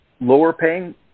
lower-paying